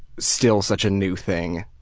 still such a new thing